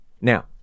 Now